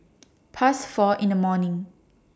Past four in The morning